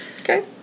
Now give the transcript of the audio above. Okay